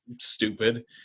stupid